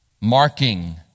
Marking